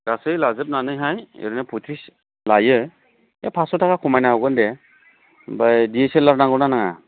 गासै लाजोबनानैहाय ओरैनो पयथ्रिस लायो दे फास्स'थाखा खमायना हरगोन दे ओमफ्राय दि एस एल आर नांगौना नाङा